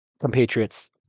compatriots